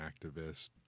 activist